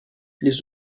les